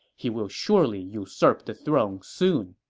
he will surely usurp the throne soon.